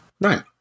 Right